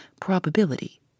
probability